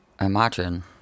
Imagine